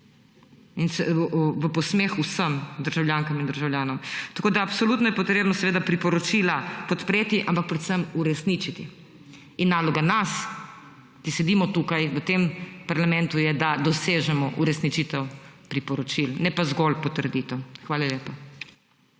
in v posmeh vsem državljankam in državljanom. Absolutno je potrebno priporočila podpreti in predvsem tudi uresničiti. Naloga nas, ki sedimo tukaj, v tem parlamentu, je, da dosežemo uresničitev priporočil, ne pa zgolj potrditev. Hvala lepa.